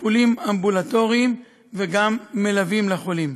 טיפולים אמבולטוריים וגם מלווים לחולים.